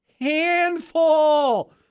Handful